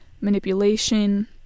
manipulation